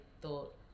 thought